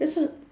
that's w~